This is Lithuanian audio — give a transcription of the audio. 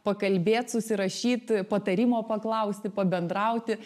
pakalbėt susirašyt patarimo paklausti pabendrauti